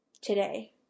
today